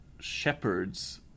shepherds